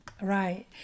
Right